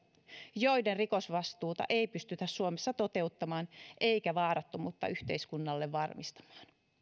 joiden rikosvastuuta ei pystytä suomessa toteuttamaan eikä vaarattomuutta yhteiskunnalle varmistamaan